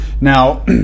Now